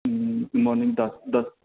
morning ਦਸ ਦਸ